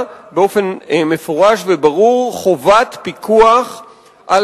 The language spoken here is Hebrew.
הצורך להבטיח פיקוח של רשויות הרישוי